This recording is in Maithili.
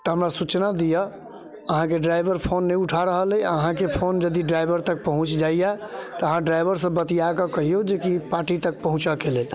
तऽ हमरा सूचना दिऽ अहाँके ड्राइवर फोन नहि उठा रहल अइ अहाँके फोन यदि ड्राइवर तक पहुँच जाइए तऽ अहाँ ड्राइवरसँ बतिया कऽ कहियौ जे कि पार्टि तक पहुँचऽ के लेल